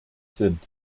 sind